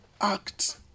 act